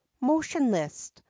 motionless